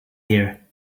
here